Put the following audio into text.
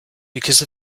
because